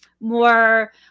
more